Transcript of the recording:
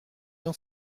dans